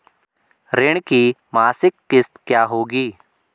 ऋण की मासिक किश्त क्या होगी?